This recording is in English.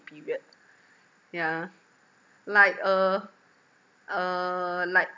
period yeah like uh uh like